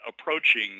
approaching